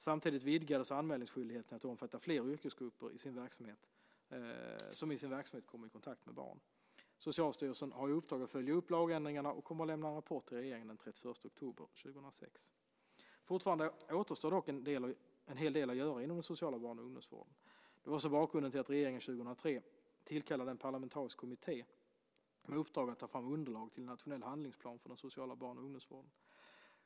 Samtidigt vidgades anmälningsskyldigheten till att omfatta fler yrkesgrupper som i sin verksamhet kommer i kontakt med barn. Socialstyrelsen har i uppdrag att följa upp lagändringarna och kommer att avlämna en rapport till regeringen den 31 oktober 2006. Fortfarande återstår dock en hel del att göra inom den sociala barn och ungdomsvården. Det var också bakgrunden till att regeringen år 2003 tillkallade en parlamentarisk kommitté med uppdrag att ta fram underlag till en nationell handlingsplan för den sociala barn och ungdomsvården.